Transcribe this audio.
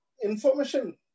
information